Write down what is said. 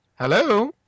Hello